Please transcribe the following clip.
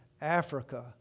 Africa